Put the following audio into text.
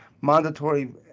mandatory